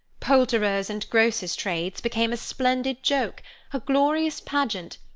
poulterers' and grocers' trades became a splendid joke a glorious pageant,